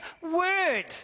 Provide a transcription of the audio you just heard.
word